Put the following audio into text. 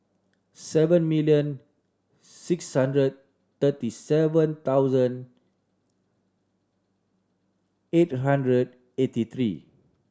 seven million six hundred thirty seven thousand eight hundred eighty three